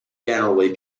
generally